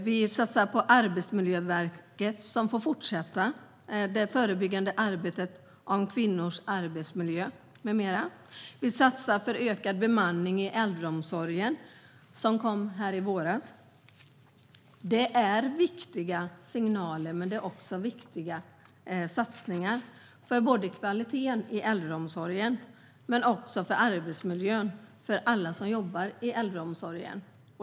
Vi satsar på Arbetsmiljöverket, som får fortsätta det förebyggande arbetet om kvinnors arbetsmiljö med mera. Vi har en satsning på ökad bemanning i äldreomsorgen som kom i våras. Detta är viktiga signaler, men det är också viktiga satsningar både för kvaliteten i äldreomsorgen och för arbetsmiljön för alla som jobbar i äldreomsorgen.